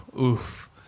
Oof